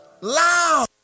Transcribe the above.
loud